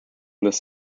this